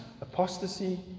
apostasy